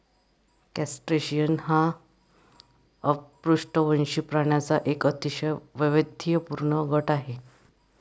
crustacean हा अपृष्ठवंशी प्राण्यांचा एक अतिशय वैविध्यपूर्ण गट आहे